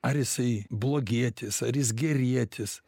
ar jisai blogietis ar jis gerietis